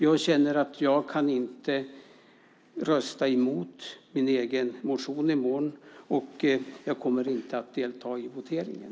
Jag känner att jag inte kan rösta emot min egen motion i morgon. Och jag kommer inte att delta i voteringen.